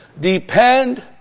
depend